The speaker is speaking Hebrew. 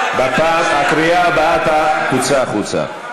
בקריאה הבאה אתה תוצא החוצה.